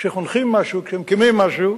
כשחונכים משהו, כשמקימים משהו,